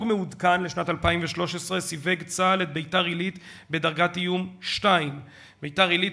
מעודכן לשנת 2013 סיווג צה"ל את ביתר-עילית בדרגת איום 2. ביתר-עילית